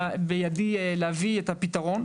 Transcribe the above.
בידי להביא את הפתרון.